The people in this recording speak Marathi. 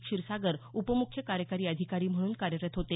क्षीरसागर उपमुख्य कार्यकारी अधिकारी म्हणून कार्यरत होते